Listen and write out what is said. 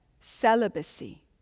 celibacy